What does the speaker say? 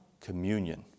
communion